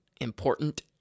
important